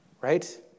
Right